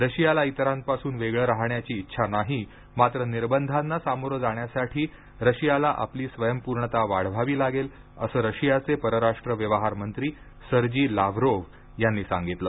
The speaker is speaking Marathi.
रशियाला इतरांपासून वेगळ राहण्याची इच्छा नाही मात्र निर्बंधांना सामोरं जाण्यासाठी रशियाला आपली स्वयंपूर्णता वाढवावी लागेल असं रशियाचे परराष्ट्र व्यवहार मंत्री सर्जी लाव्हरोव्ह यांनी सांगितलं